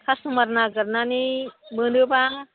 customer नागिरनानै मोनोब्ला